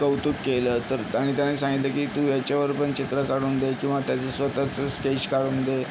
कौतुक केलं तर आणि त्याने सांगितलं की तू ह्याच्यावर पण चित्र काढून दे किंवा त्याच्यासोबतच स्केच काढून दे